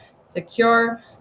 secure